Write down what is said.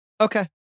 Okay